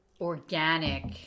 organic